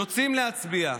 יוצאים להצביע,